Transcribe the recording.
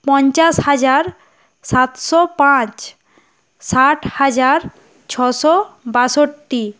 পঞ্চাশ হাজার সাতশো পাঁচ ষাট হাজার ছশো বাষট্টি